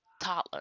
toddler